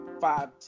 five